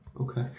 Okay